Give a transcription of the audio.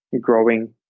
growing